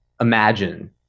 imagine